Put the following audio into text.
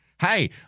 Hey